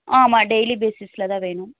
ஆமாம் டெய்லி பேஸிஸில் தான் வேணும்